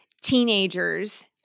teenagers